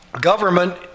Government